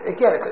Again